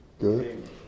Good